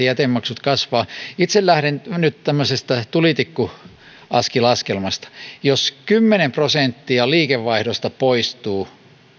jätemaksut kasvavat itse lähden nyt tämmöisestä tulitikkuaskilaskelmasta jos kymmenen prosenttia liikevaihdosta poistuu